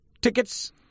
Tickets